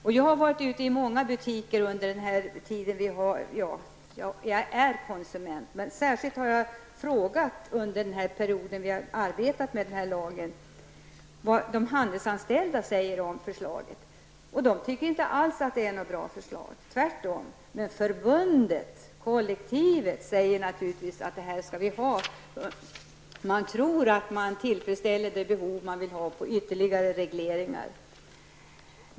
Såsom konsument har jag under den period som vi har arbetat med lagförslaget frågat vad de handelsanställda säger om det. De tycker inte alls att det är ett bra förslag -- tvärtom. Men förbundet, kollektivet, säger naturligtvis att vi skall ha en prisinformationslag. Man anser att man därmed tillgodoser de behov av ytterligare regleringar som man vill ha.